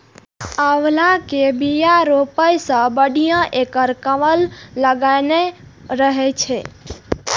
आंवला के बिया रोपै सं बढ़िया एकर कलम लगेनाय रहै छै